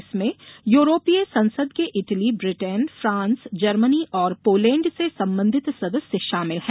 इसमें यूरोपीय संसद के इटली ब्रिटेन फ्रांस जर्मनी और पोलैंड से संबंधित सदस्य शामिल हैं